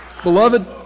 Beloved